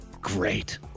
Great